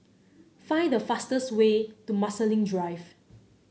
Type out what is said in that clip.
find the fastest way to Marsiling Drive